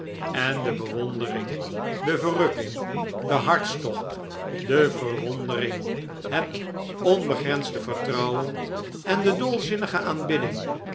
en de bewondering de verrukking de hartstocht de verwondering het onbegrensde vertrouwen en de dolzinnige aanbidding